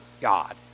God